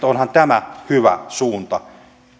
onhan tämä hyvä suunta